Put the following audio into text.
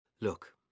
Look